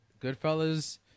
Goodfellas